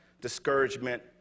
discouragement